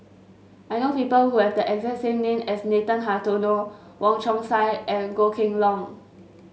I know people who have the exact same name as Nathan Hartono Wong Chong Sai and Goh Kheng Long